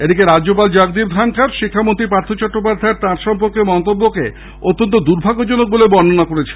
এদিকে রাজ্যপাল জগদীপ ধনখড় শিক্ষামন্ত্রী পার্যথ চট্টোপাধ্যায়ের তাঁর সম্পর্কে মন্তব্যকে অত্যন্ত দুর্ভাগ্যজনক বলে বর্ণনা করেছেন